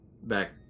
back